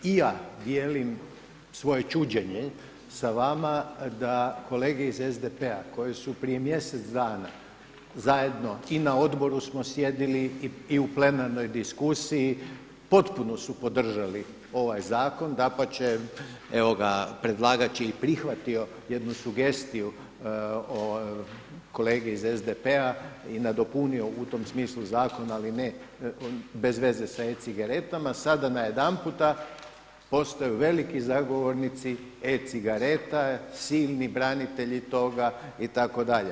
I ja dijelim svoje čuđenje sa vama da kolege iz SDP-a koje su prije mjesec dana zajedno i na odboru smo sjedili i u plenarnoj diskusiji, potpuno su podržali ovaj zakon, dapače, evo ga, predlagač je i prihvatio jednu sugestiju kolege iz SDP-a i nadopunio u tom smislu zakon ali ne, bez veze sa e-cigaretama, sada najedanputa postaju veliki zagovornici e-cigareta, silni branitelji toga itd.